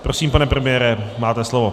Prosím, pane premiére, máte slovo.